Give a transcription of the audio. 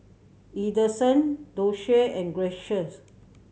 Edson Doshie and Gracias